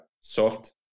soft